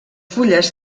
fulles